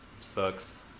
Sucks